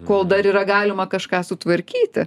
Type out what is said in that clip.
kol dar yra galima kažką sutvarkyti